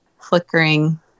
flickering